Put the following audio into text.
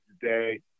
today